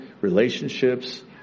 relationships